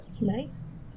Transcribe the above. Nice